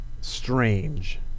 strange